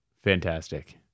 Fantastic